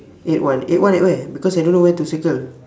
eight one eight one at where because I don't know where to circle